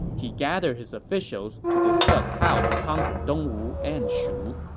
he gathered his officials to discuss how to conquer dongwu and shu,